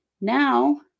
Now